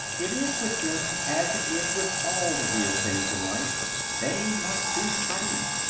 it is with them as it is with all the real things in life they must be studied,